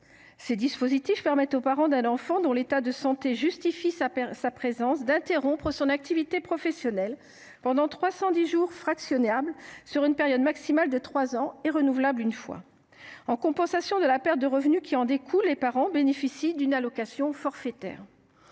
Ces dispositifs permettent au parent d’un enfant dont l’état de santé justifie sa présence d’interrompre son activité professionnelle pendant 310 jours fractionnables, sur une période maximale de trois ans, et renouvelables une fois. En compensation de la perte de revenus qui en découle, les parents bénéficient d’une allocation forfaitaire.